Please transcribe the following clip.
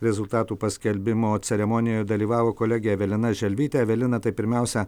rezultatų paskelbimo ceremonijoje dalyvavo kolegė evelina želvytė evelina tai pirmiausia